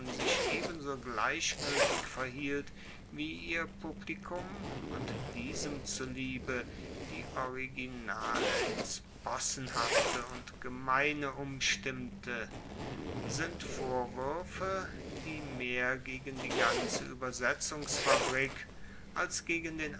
sich ebenso gleichgueltig verhielt wie ihr publikum und diesem zuliebe die originale ins possenhafte und gemeine umstimmte sind vorwuerfe die mehr gegen die ganze uebersetzungsfabrik als gegen den